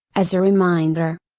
as a reminder.